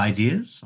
Ideas